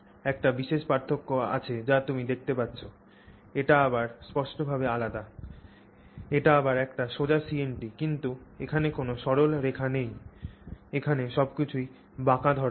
একটি বিশেষ পার্থক্য আছে যা তুমি দেখতে পাচ্ছ এটি আবার স্পষ্টভাবে আলাদা এটি আবার একটি সোজা CNT কিন্তু এখানে কোনও সরল রেখা নেই এখানে সবকিছুই বাঁকা ধরণের